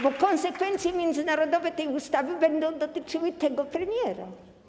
Bo konsekwencje międzynarodowe tej ustawy będą dotyczyły tego premiera.